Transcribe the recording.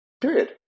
period